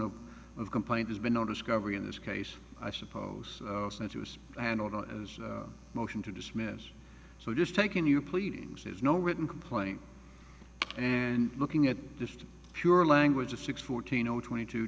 of of complaint has been no discovery in this case i suppose and it was handled in a motion to dismiss so just taking you pleadings is no written complaint and looking at just pure language of six fourteen zero twenty two